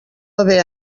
haver